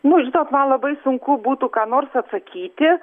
nu žinot man labai sunku būtų ką nors atsakyti